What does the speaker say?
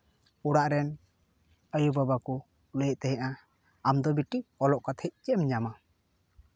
ᱚᱲᱟᱜ ᱨᱮᱱ ᱟᱭᱳᱼᱵᱟᱵᱟ ᱠᱚ ᱞᱟᱹᱭᱮᱜ ᱛᱟᱦᱮᱸᱜᱼᱟ ᱟᱢ ᱫᱚ ᱵᱤᱴᱤ ᱚᱞᱚᱜ ᱠᱟᱛᱮᱜ ᱪᱮᱫ ᱮᱢ ᱧᱟᱢᱟ